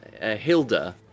Hilda